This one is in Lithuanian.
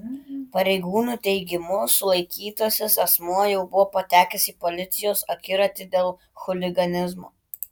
pareigūnų teigimu sulaikytasis asmuo jau buvo patekęs į policijos akiratį dėl chuliganizmo